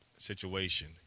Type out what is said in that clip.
situation